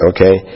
Okay